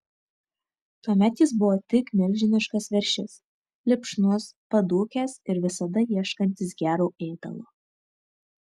tuomet jis buvo tik milžiniškas veršis lipšnus padūkęs ir visada ieškantis gero ėdalo